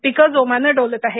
पिकं जोमाने डोलत आहेत